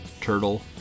turtle